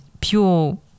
pure